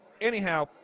Anyhow